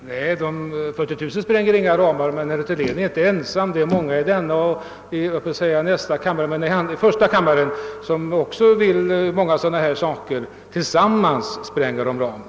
Herr talman! Nej, de 40 000 kronorna spränger inga ramar, men herr Thylén är inte ensam. Många både i denna kammare och i första kammaren framför också önskemål om höjda anslag som sammantagna skulle spränga ramarna.